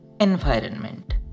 Environment